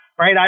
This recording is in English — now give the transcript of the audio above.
right